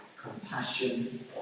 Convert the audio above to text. compassion